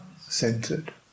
centered